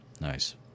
Nice